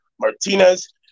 Martinez